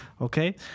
Okay